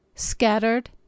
scattered